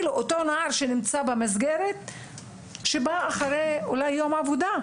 לאותו נער שנמצא במסגרת שאולי בא אחרי יום עבודה,